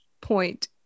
point